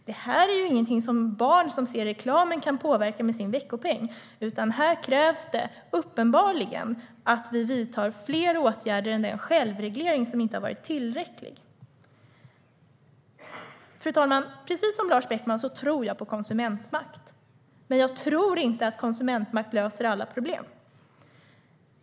Det här är ju ingenting som barn som ser reklamen kan påverka med sin veckopeng, utan här krävs det uppenbarligen att vi vidtar fler åtgärder. Självregleringen har inte varit tillräcklig. Fru talman! Precis som Lars Beckman tror jag på konsumentmakt. Men jag tror inte att konsumentmakt löser alla problem.